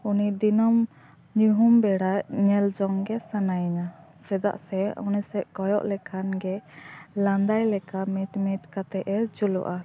ᱩᱱᱤ ᱫᱤᱱᱳᱢ ᱧᱩᱦᱩᱢ ᱵᱮᱲᱟ ᱧᱮᱞ ᱡᱚᱝ ᱜᱮ ᱥᱟᱱᱟᱭᱮᱧᱟᱹ ᱪᱮᱫᱟᱜ ᱥᱮ ᱩᱱᱤ ᱥᱮᱫ ᱠᱚᱭᱚᱜ ᱞᱮᱠᱷᱟᱡ ᱜᱮ ᱞᱟᱫᱟᱭ ᱞᱮᱠᱟ ᱢᱤᱴ ᱢᱤᱴ ᱠᱟᱛᱮ ᱮ ᱡᱩᱞᱩᱜᱼᱟ